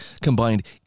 combined